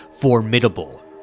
formidable